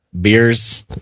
beers